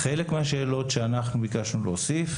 חלק מהשאלות שאנחנו ביקשנו להוסיף,